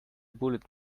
bullet